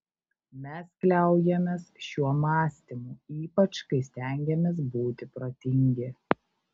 mes kliaujamės šiuo mąstymu ypač kai stengiamės būti protingi